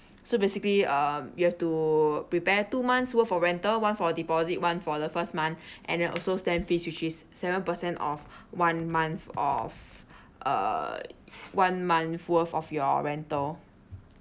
so basically um you have to prepare two months worth of rental one for deposit one for the first month and then also stamp fees which is seven percent of one month of uh one month worth of your rental